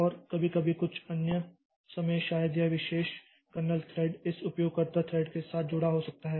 और कभी कभी कुछ अन्य समय शायद यह विशेष कर्नेल थ्रेड इस उपयोगकर्ता थ्रेड के साथ जुड़ा हो सकता है